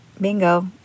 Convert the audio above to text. Bingo